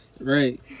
Right